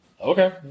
Okay